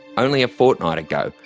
only a fortnight ago,